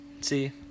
see